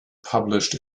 published